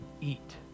eat